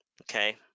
Okay